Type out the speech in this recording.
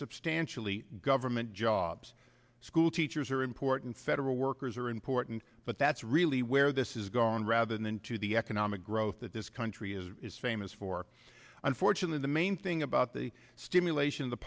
substantially government jobs school teachers are important federal workers are important but that's really where this is gone rather than to the economic growth that this country is is famous for unfortunately the main thing about the stimulation